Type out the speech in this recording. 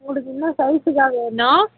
உங்களுக்கு என்ன சைஸு அக்கா வேணும்